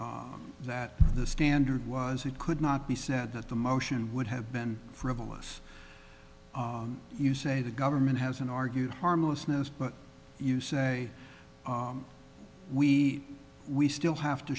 said that the standard was it could not be said that the motion would have been frivolous you say the government has been argued harmlessness but you say we we still have to